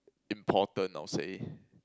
important I'll say